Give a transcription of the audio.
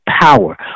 power